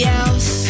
else